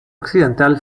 occidental